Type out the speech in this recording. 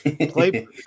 Play